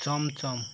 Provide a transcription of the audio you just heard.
চম চম